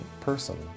person